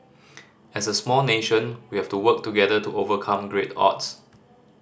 as a small nation we have to work together to overcome great odds